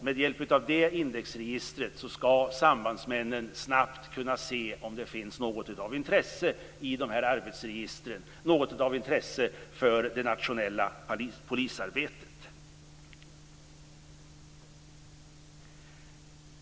Med hjälp av det indesregistret skall sambandsmännen snabbt kunna se om det finns något av intresse för det nationella polisarbetet i arbetsregistren.